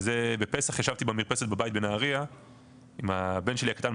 בפסח ישבתי במרפסת בבית בנהריה עם הבן שלי הקטן בחוץ,